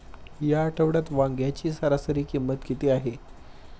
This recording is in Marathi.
या आठवड्यात वांग्याची सरासरी किंमत किती आहे?